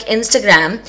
Instagram